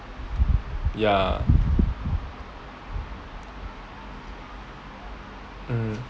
ya mm